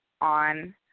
On